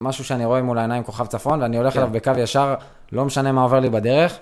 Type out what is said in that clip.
משהו שאני רואה מול העיניים כוכב צפון, ואני הולך אליו בקו ישר, לא משנה מה עובר לי בדרך.